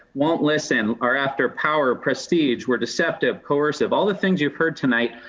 won't listen, are after power, prestige, we're deceptive, coercive, all the things you've heard tonight,